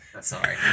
Sorry